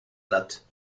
lat